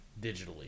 digitally